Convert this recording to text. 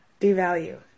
devalue